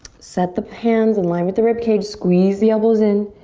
set the hands in line with the rib cage, squeeze the elbows in.